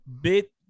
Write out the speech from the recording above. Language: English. bit